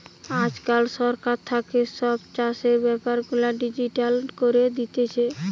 আজকাল সরকার থাকে সব চাষের বেপার গুলা ডিজিটাল করি দিতেছে